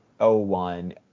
01